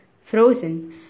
Frozen